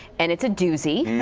and it's a doozy.